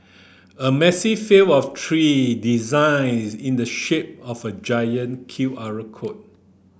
a massive field of tree designs in the shape of a giant Q R record